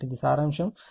కాబట్టి ఇది సారాంశం